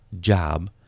job